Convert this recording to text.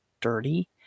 dirty